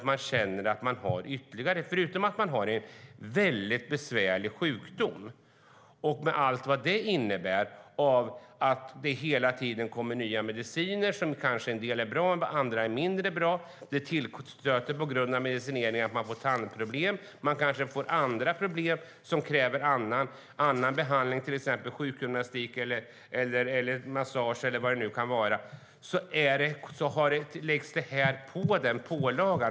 Man har en väldigt besvärlig sjukdom med allt vad det innebär. Det kommer hela tiden nya mediciner. En del är bra, en del är mindre bra. På grund av medicinering kan man få till exempel tandproblem. Man får kanske andra problem som kräver annan behandling, till exempel sjukgymnastik eller massage. Det här läggs på som en ytterligare pålaga.